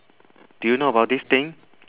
do you know about this thing